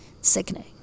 sickening